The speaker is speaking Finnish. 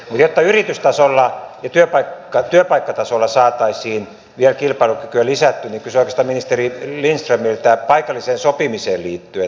jotta yritystasolla ja työpaikkatasolla saataisiin vielä kilpailukykyä lisättyä niin kysyn oikeastaan ministeri lindströmiltä paikalliseen sopimiseen liittyen